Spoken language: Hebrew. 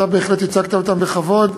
אתה בהחלט ייצגת אותם בכבוד,